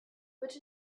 which